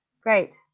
Great